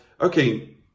okay